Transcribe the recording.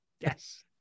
Yes